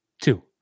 Two